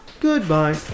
Goodbye